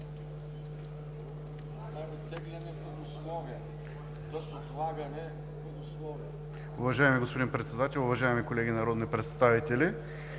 Уважаеми господин Председател, уважаеми колеги народни представители!